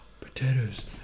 Potatoes